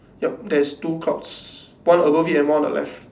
yup there's two clouds one above it and one on the left